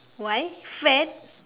why fat